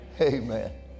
Amen